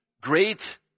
great